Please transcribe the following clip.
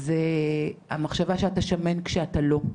זו המחשבה שאתה שמן כשאתה לא,